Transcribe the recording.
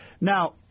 Now